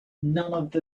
none